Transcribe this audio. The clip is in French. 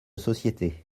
société